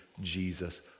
Jesus